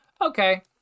Okay